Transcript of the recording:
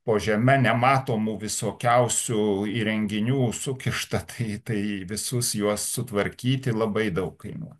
po žeme nematomų visokiausių įrenginių sukišta tai tai visus juos sutvarkyti labai daug kainuo